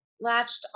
latched